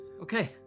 Okay